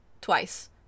twice